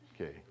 Okay